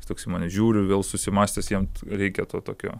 jis toks į mane žiūri vėl susimąstęs jam reikia to tokio